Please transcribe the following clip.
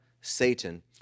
Satan